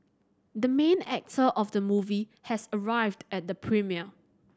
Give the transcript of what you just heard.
the main actor of the movie has arrived at the premiere